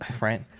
right